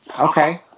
Okay